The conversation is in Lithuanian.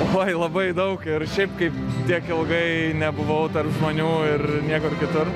oi labai daug ir šiaip kaip tiek ilgai nebuvau tarp žmonių ir niekur kitur